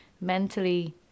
mentally